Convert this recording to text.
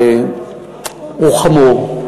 הוא חמור,